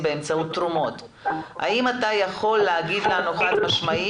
70%. אבל ההנחיה הזאת נעלמה לפני חודש,